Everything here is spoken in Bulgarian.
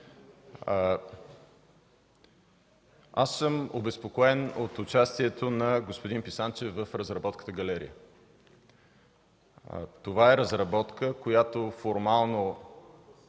Обезпокоен съм от участието на господин Писанчев в разработката „Галерия”. Това е разработка, която формално